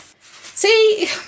See